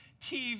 TV